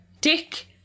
Dick